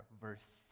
verse